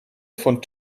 von